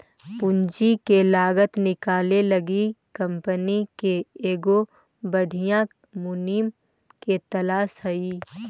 पूंजी के लागत निकाले लागी कंपनी के एगो बधियाँ मुनीम के तलास हई